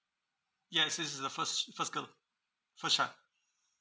yes this is the first first girl first child